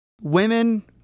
women